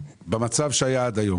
במצב שהיה עד היום,